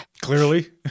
Clearly